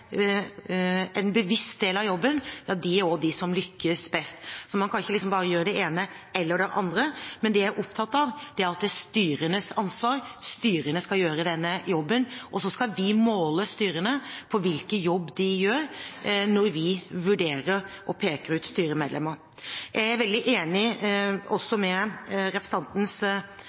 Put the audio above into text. en bevisst del av jobben, er også de som lykkes best. Så man kan ikke bare gjøre det ene eller det andre. Det jeg er opptatt av, er at det er styrenes ansvar. Styrene skal gjøre denne jobben, og så skal vi måle styrene på hvilken jobb de gjør når vi vurderer og peker ut styremedlemmer. Jeg er også veldig enig i representantens